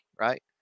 right